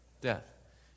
Death